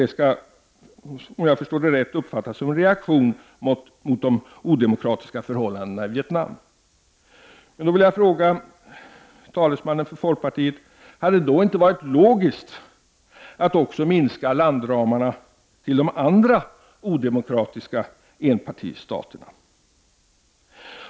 Det skall, om jag förstår det rätt, uppfattas som en reaktion mot de odemokratiska förhållandena i Vietnam. Jag vill fråga folkpartiets talesman: Hade det då inte varit logiskt att också minska landramarna till de andra odemokratiska enpartistaterna?